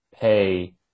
pay